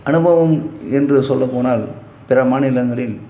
அனுபவம் என்று சொல்லப் போனால் பிற மாநிலங்களில்